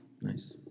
Nice